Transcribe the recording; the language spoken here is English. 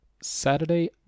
Saturday